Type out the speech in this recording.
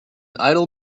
idle